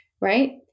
right